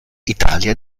italia